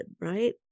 right